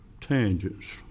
tangents